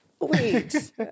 Wait